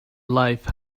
life